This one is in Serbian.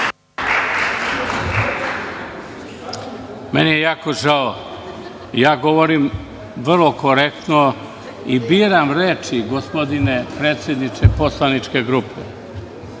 Meni je jako žao, govorim vrlo korektno i biram reči, gospodine predsedniče poslaničke grupe,